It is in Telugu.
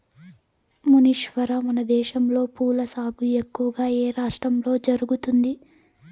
మునీశ్వర, మనదేశంలో పూల సాగు ఎక్కువగా ఏ రాష్ట్రంలో జరుగుతుంది